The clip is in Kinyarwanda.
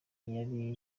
yari